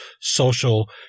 social